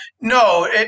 no